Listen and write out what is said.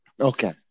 Okay